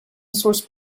source